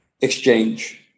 exchange